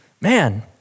Man